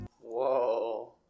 Whoa